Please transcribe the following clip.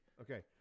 okay